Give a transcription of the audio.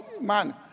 man